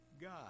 God